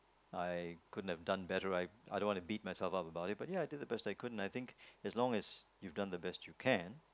I couldn't have done better I I don't wanna beat myself up about it but ya I think I did the best I could I think as long as you've done the best you can